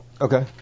Okay